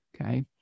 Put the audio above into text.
okay